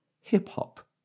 hip-hop